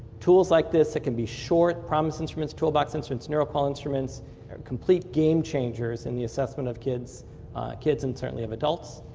tools like this that can be short, promis instruments, toolbox instruments, neuro-qol instruments are complete game changers in the assess m but of kids kids and certainly of adults,